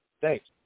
Thanks